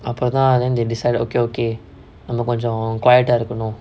அப்பத்தா:appathaa then they decided okay okay நம்ம கொஞ்சோ:namma konjo quiet ah இருக்கனு:irukkanu